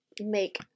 make